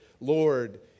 Lord